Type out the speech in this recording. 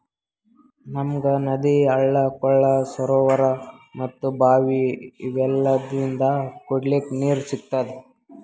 ನಮ್ಗ್ ನದಿ ಹಳ್ಳ ಕೊಳ್ಳ ಸರೋವರಾ ಮತ್ತ್ ಭಾವಿ ಇವೆಲ್ಲದ್ರಿಂದ್ ಕುಡಿಲಿಕ್ಕ್ ನೀರ್ ಸಿಗ್ತದ